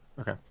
Okay